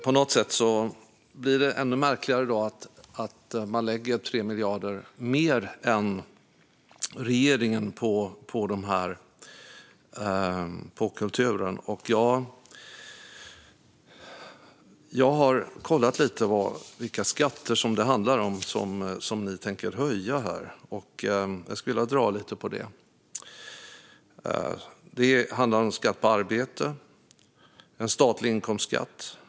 På något sätt blir det då ännu märkligare att ni lägger 3 miljarder mer än regeringen på kulturen. Jag har kollat lite vilka skatter det handlar om som ni tänker höja. Jag skulle vilja dra lite av det. Det handlar om skatt på arbete och statlig inkomstskatt.